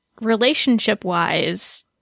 relationship-wise